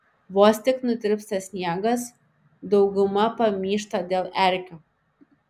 vos tik nutirpsta sniegas dauguma pamyšta dėl erkių